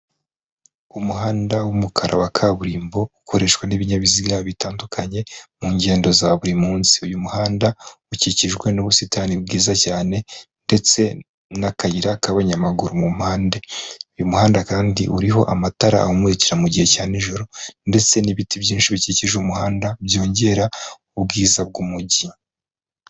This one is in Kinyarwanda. Umuhanda w'umukara wa kaburimbo, ukoreshwa n'ibinyabiziga bitandukanye mu ngendo za buri munsi, uyu muhanda ukikijwe n'ubusitani bwiza cyane ndetse n'akayira k'abanyamaguru mu mpande, uyu muhanda kandi uriho amatara amurikira mu gihe cya nijoro ndetse n'ibiti byinshi bikikije umuhanda, byongera ubwiza bw'umujyi.